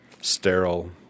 sterile